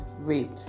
rape